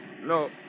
No